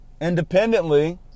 independently